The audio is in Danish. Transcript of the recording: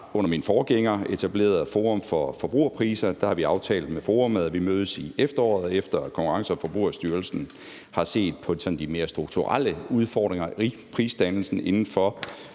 under min forgænger etableret Forum for Forbrugerpriser, og der har vi aftalt med forummet, at vi mødes i efteråret, efter at Konkurrence- og Forbrugerstyrelsen har set på sådan de mere strukturelle udfordringer i prisdannelsen inden for